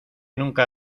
nunca